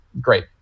great